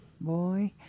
Boy